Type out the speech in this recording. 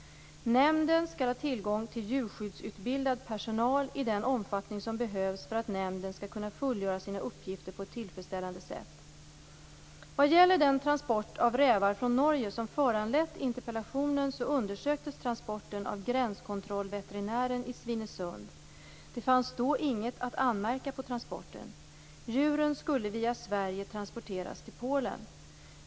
Nämnden skall ha tillgång till djurskyddsutbildad personal i den omfattning som behövs för att nämnden skall kunna fullgöra sina uppgifter på ett tillfredsställande sätt. Vad gäller den transport av rävar från Norge som föranlett interpellationen så undersöktes transporten av gränskontrollveterinären i Svinesund. Det fanns då inget att anmärka på transporten. Djuren skulle via Sverige transporteras till Polen.